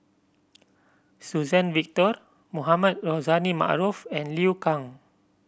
Suzann Victor Mohamed Rozani Maarof and Liu Kang